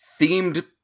themed